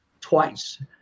twice